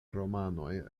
romanoj